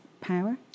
power